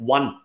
One